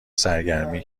سرگرمی